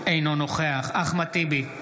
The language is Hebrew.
אינו נוכח אחמד טיבי,